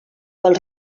pels